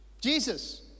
Jesus